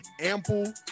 ample